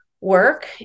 work